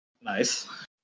Nice